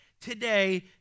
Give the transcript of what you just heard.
today